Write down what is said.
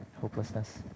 hopelessness